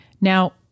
Now